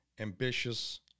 ambitious